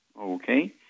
Okay